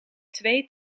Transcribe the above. twee